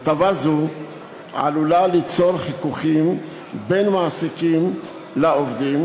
הטבה זו עלולה ליצור חיכוכים בין מעסיקים לעובדים